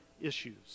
issues